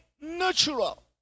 natural